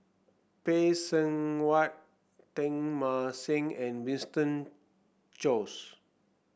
Phay Seng Whatt Teng Mah Seng and Winston Choos